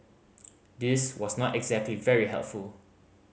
this was not exactly very helpful